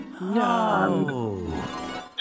No